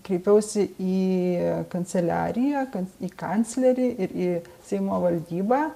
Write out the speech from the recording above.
kreipiausi į kanceliariją kad į kanclerį ir į seimo valdybą